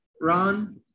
Ron